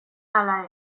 ala